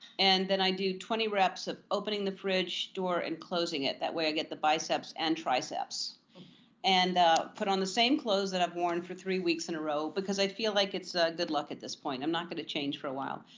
and then i do twenty reps of opening the fridge door and closing it that way, i get the biceps and triceps and put on the same clothes that i've worn for three weeks in a row, because i feel like it's good luck at this point. i'm not going to change for a while.